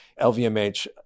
LVMH